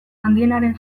handienaren